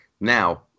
Now